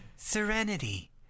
Serenity